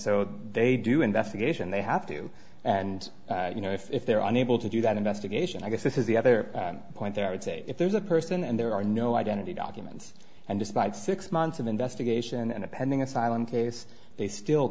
so they do investigation they have to and you know if they're unable to do that investigation i guess this is the other point there i would say if there's a person and there are no identity documents and despite six months of investigation and a pending asylum case they still